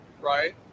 right